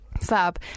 Fab